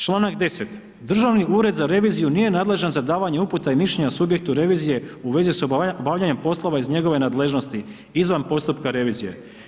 Članak 10., Državi ured za reviziju nije nadležan za davanje uputa i mišljenja subjektu revizije u vezi sa obavljanjem poslova iz njegove nadležnosti izvan postupka revizije.